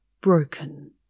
broken